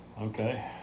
Okay